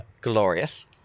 glorious